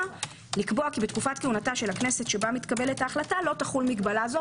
לקבוע כי בתקופת כהונתה של הכנסת שבה מתקבלת ההחלטה לא תחול מגבלה זו,